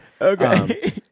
okay